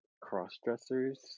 cross-dressers